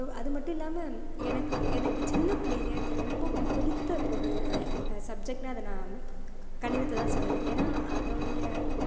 அது அதுமட்டுமில்லாமல் எனக்கு எனக்கு சின்ன பிள்ளைலிருந்து ரொம்பவும் பிடித்த ஒரு சப்ஜெக்ட்னால் அதை நான் கணிதத்தை தான் சொல்லுவேன் ஏன்னால் அதோடைய